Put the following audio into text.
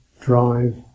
drive